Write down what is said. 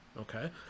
okay